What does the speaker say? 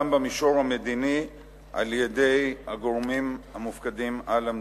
במישור המדיני על-ידי הגורמים המופקדים על המדיניות.